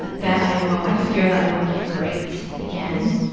that that i will, i have a fear that i will get raped again.